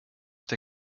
der